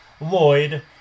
Lloyd